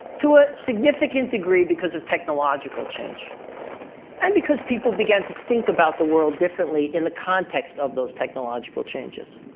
to a significant degree because of technological change and because people began to think about the world differently in the context of those technological changes.